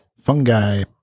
Fungi